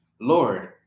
Lord